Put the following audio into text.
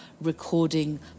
recording